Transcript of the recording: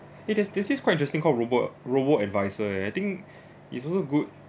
it has this thing quite interesting called robo~ robo-advisor eh I think it's also good